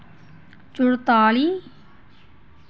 चुरताली